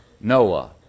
Noah